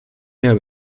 mehr